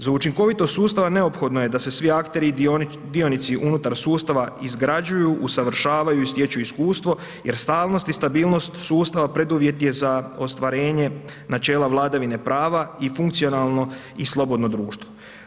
Za učinkovitost sustava neophodno je da se svi akteri i dionici unutar sustav izgrađuju, usavršavaju i stječu iskustvo jer stalnost i stabilnost sustava preduvjet je za ostvarenje načela vladavine prava i funkcionalno i slobodno društvo.